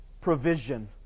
provision